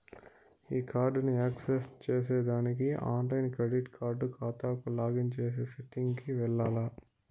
ఈ కార్డుని యాక్సెస్ చేసేదానికి ఆన్లైన్ క్రెడిట్ కార్డు కాతాకు లాగిన్ చేసే సెట్టింగ్ కి వెల్లాల్ల